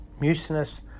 mucinous